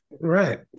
Right